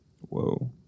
whoa